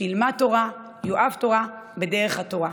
שילמד תורה, יאהב תורה, בדרך התורה.